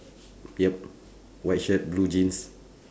yup white shirt blue jeans